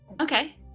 Okay